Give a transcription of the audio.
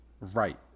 Right